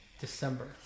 December